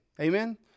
Amen